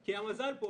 כי המזל פה,